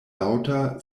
laŭta